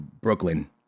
brooklyn